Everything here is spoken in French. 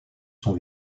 sont